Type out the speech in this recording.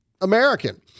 American